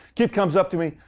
kid comes up to me,